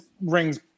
rings